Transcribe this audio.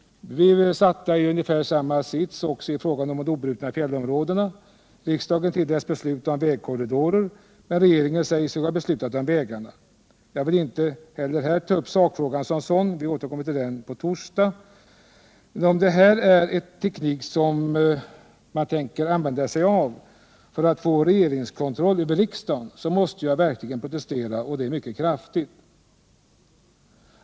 Vi blev försatta i ungefär samma situation också i fråga om de obrutna fjällområdena. Riksdagen tilläts besluta om vägkorridorer, men regeringen säger sig ha beslutat om vägarna. Jag vill inte heller här ta upp sakfrågan som sådan. Vi återkommer till den på torsdag. Men om det här är en teknik som man tänker använda sig av för att få regeringskontroll över riksdagen, måste jag verkligen protestera, och det mycket kraftigt.